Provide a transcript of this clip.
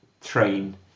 train